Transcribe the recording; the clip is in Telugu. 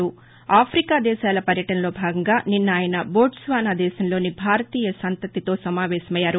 తన ఆఫికా దేశాల పర్యటనలో భాగంగా నిన్న ఆయన బోట్స్వాన దేశంలోని భారతీయ సంతతిలో సమావేశ మయ్యారు